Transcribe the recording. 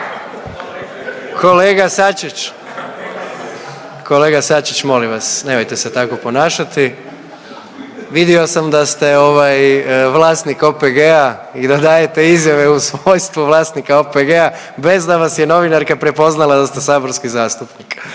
Kolega Sačić, kolega Sačić molim vas, nemojte se tako ponašati. Vidio sam da ste ovaj vlasnik OPG-a i da dajete izjave u svojstvu vlasnika OPG-a bez da vas je novinarka prepoznala da ste saborski zastupnik,